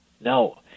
No